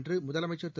என்று முதலமைச்சா் திரு